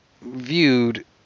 viewed